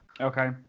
Okay